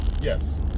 Yes